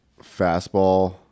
fastball